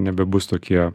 nebebus tokie